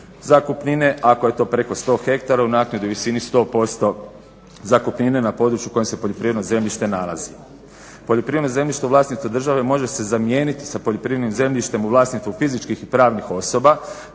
zakupnine, ako je to preko 100 ha u naknadi u visini 100% zakupnine na području u kojem se poljoprivredno zemljište nalazi. Poljoprivredno zemljište u vlasništvu države može se zamijeniti sa poljoprivrednim zemljištem u vlasništvu fizičkih i pravnih osoba